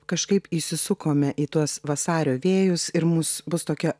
kažkaip įsisukome į tuos vasario vėjus ir mūs bus tokia